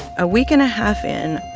a week and a half in,